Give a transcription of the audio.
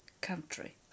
country